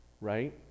Right